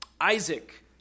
Isaac